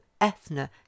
Ethna